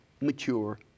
mature